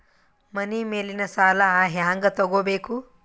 ಮನಿ ಮೇಲಿನ ಸಾಲ ಹ್ಯಾಂಗ್ ತಗೋಬೇಕು?